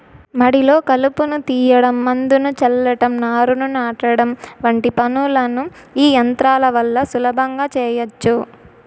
మడిలో కలుపును తీయడం, మందును చల్లటం, నారును నాటడం వంటి పనులను ఈ యంత్రాల వల్ల సులభంగా చేయచ్చు